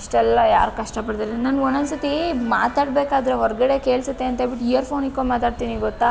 ಇಷ್ಟೆಲ್ಲ ಯಾರು ಕಷ್ಟಪಡ್ತಾರೆ ನಾನು ಒಂದೊಂದ್ಸತ್ತಿ ಮಾತಾಡಬೇಕಾದ್ರೆ ಹೊರಗಡೆ ಕೇಳಿಸತ್ತೆ ಅಂತೇಳ್ಬಿಟ್ಟು ಇಯರ್ಫೋನ್ ಇಕ್ಕೊಂ ಮಾತಾಡ್ತೀನಿ ಗೊತ್ತಾ